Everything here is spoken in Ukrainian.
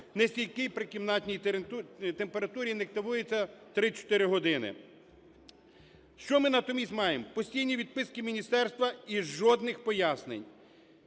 не стійкий, при кімнатній температуріінактивується 3-4 години. Що ми натомість маємо? Постійні відписки міністерства і жодних пояснень.